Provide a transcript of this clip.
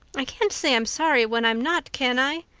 i can't say i'm sorry when i'm not, can i?